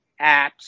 apps